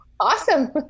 Awesome